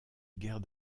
guerre